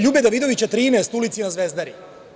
LJube Davidovića 13 na Zvezdari.